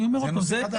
בסדר, אני אומר עוד פעם.